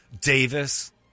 Davis